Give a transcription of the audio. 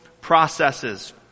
processes